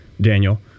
Daniel